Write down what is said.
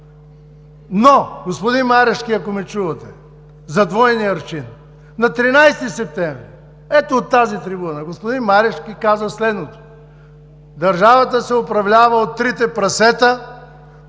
тук! Господин Марешки, ако ме чувате – за двойния аршин. На 13 септември ето от тази трибуна господин Марешки каза следното: „Държавата се управлява от трите прасета,